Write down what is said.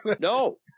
no